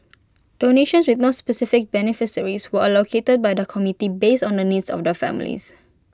donations with no specific beneficiaries were allocated by the committee based on the needs of the families